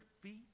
feet